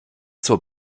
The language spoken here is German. zur